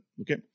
Okay